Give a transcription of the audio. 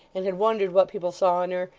and had wondered what people saw in her,